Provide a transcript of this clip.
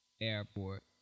airport